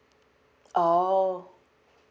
oh